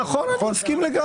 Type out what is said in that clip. נכון, אני מסכים לגמרי.